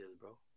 bro